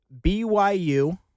BYU